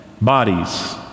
bodies